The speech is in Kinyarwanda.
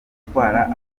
gutwara